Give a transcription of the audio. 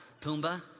Pumbaa